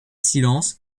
silence